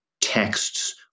texts